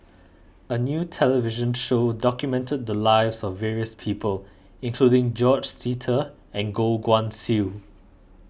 a new television show documented the lives of various people including George Sita and Goh Guan Siew